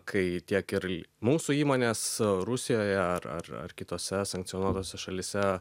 kai tiek ir mūsų įmonės rusijoje ar ar ar kitose sankcionuotose šalyse